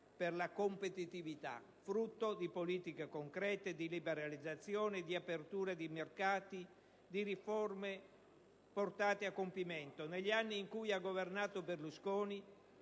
per la competitività, frutto di politiche concrete di liberalizzazioni, di aperture di mercati, di riforme portate a compimento. Negli anni in cui ha governato Berlusconi,